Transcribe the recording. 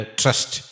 trust